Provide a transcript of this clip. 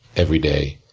every day,